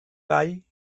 gall